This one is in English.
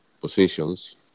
positions